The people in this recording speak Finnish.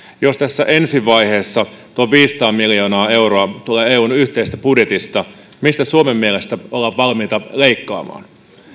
jos tässä ensi vaiheessa tuo viisisataa miljoonaa euroa tulee eun yhteisestä budjetista mistä suomen mielestä ollaan valmiita leikkaamaan